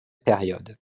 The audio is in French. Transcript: période